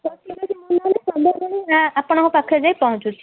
ହଉ ଠିକ୍ ଅଛି ମୁଁ ନହେଲେ ସନ୍ଧ୍ୟାବେଳେ ଆପଣଙ୍କ ପାଖରେ ଯାଇ ପହଞ୍ଚୁଛି